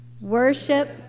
Worship